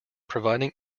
providing